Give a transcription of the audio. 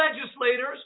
legislators